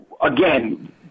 again